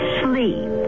sleep